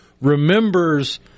remembers